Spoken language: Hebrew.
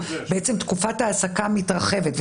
בעצם תקופת ההעסקה מתרחבת.